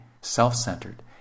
self-centered